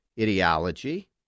ideology